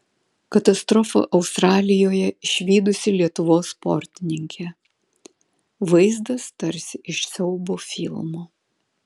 katastrofą australijoje išvydusi lietuvos sportininkė vaizdas tarsi iš siaubo filmo